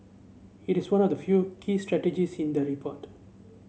it is one of the few key strategies in the report